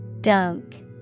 Dunk